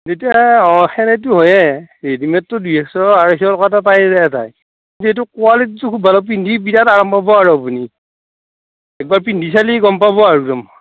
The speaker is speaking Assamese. এতিয়া অঁ তেনেতো হয়েই ৰেডিমেটটো দুই একশ আঢ়ৈশ টকাতো পায়েই যায় প্ৰায় কিন্তু এইটো কোৱালিটিটো খুব ভাল পিন্ধি বিৰাট আৰাম পাব আৰু আপুনি একবাৰ পিন্ধি চালে গম পাব আৰু একদম